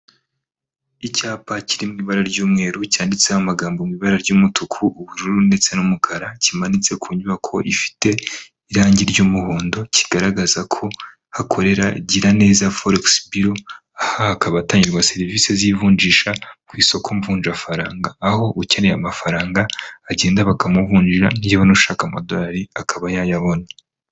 Icyapa kiri mu ibara ry'umweru cyanditseho amagambo mu ibara ry'umutuku, ubururu ndetse n'umukara, kimanitse ku nyubako ifite irangi ry'umuhondo kigaragaza ko hakorera Giraneza Foregisi Biro, aha hakaba hatangirwa serivisi z'ivunjisha ku isoko mvunjafaranga, aho ukeneye amafaranga agenda bakamuvunjira yewe n'ushaka amadolari akaba yayabona.